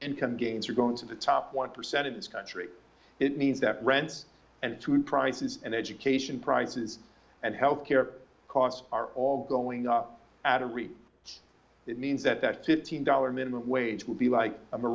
and ten games are going to the top one percent in this country it means that rent and food prices and education prices and health care costs are all going up at a rate that means that that fifteen dollar minimum wage will be like